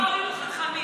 במה הועילו חכמים?